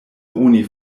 oni